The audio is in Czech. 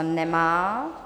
Nemá.